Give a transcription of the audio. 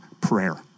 prayer